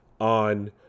on